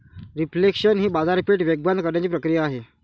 reflation ही बाजारपेठ वेगवान करण्याची प्रक्रिया आहे